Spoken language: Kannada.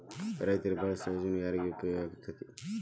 ರೈತ ಬೆಳೆ ಸಾಲ ಯೋಜನೆ ಯಾರಿಗೆ ಉಪಯೋಗ ಆಕ್ಕೆತಿ?